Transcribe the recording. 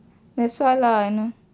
that's why lah I know